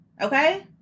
Okay